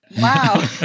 Wow